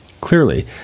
Clearly